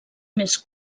més